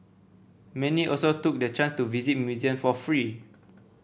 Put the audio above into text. many also took the chance to visit museum for free